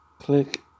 Click